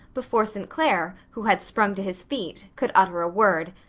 before st. clair, who had sprung to his feet, could utter a word.